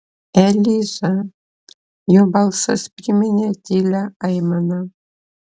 eliza jo balsas priminė tylią aimaną